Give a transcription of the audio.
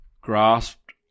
grasped